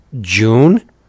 June